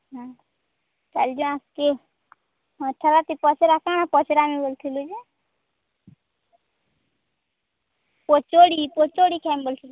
ହୁଁ କାଲି ଯିଏ ଆସିଥିଲେ ପଚାରନୁ ବୋଲୁଥିଲି ଯେ ପୋଚୋଡ଼ି ପୋଚୋଡ଼ି କେମ୍ ବୋଲୁଥିଲି ବୋଲିକି